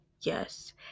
yes